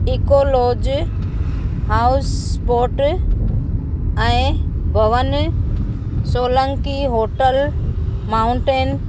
eco lodge house boat ऐं भवन Solanki hotel mountain